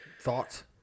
Thoughts